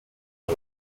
one